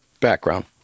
background